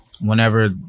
whenever